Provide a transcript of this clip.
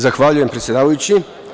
Zahvaljujem, predsedavajući.